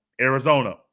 Arizona